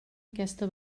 aquesta